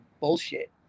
bullshit